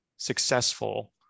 successful